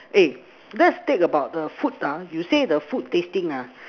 A lets take about the food ah you say the food tasting ah